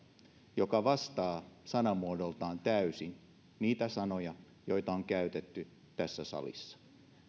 joka vastaa sanamuodoiltaan täysin niitä sanoja joita on käytetty tässä salissa